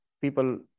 people